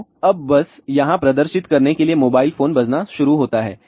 तो अब बस यहाँ प्रदर्शित करने के लिए मोबाइल फोन बजना शुरू होता है